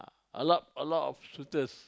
a lot a lot of shooters